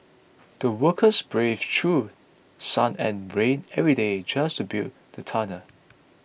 the workers braved through sun and rain every day just to build the tunnel